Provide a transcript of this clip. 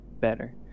better